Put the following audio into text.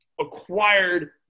acquired